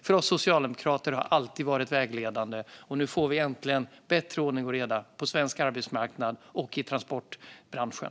För oss socialdemokrater har det alltid varit vägledande, och nu får vi äntligen bättre ordning och reda på svensk arbetsmarknad och i transportbranschen.